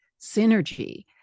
synergy